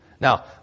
Now